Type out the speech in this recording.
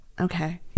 Okay